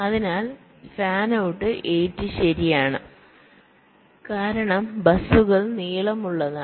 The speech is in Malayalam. അതിനാൽ ഫാൻ ഔട്ട് 8 ശരിയാണ് കാരണം ബസുകൾ നീളമുള്ളതാണ്